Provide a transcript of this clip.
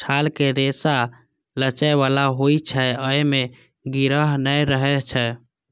छालक रेशा लचै बला होइ छै, अय मे गिरह नै रहै छै